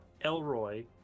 Elroy